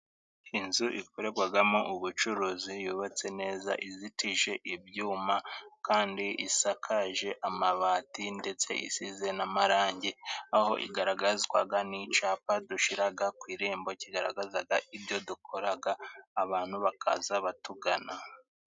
Inzu ikorerwagamo ubucuruzi, yubatse neza, izitije ibyuma kandi isakaje amabati ndetse isize n'amarangi, aho igaragazwaga n'icapa dushiraga ku irembo, kigaragazaga ibyo dukoraga abantu bakaza batugana.